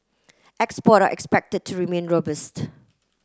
export are expected to remain robust